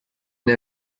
der